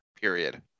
period